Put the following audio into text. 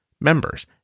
members